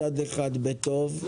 מצד אחד בטוב,